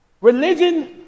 religion